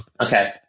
Okay